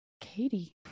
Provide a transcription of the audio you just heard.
Katie